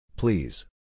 Please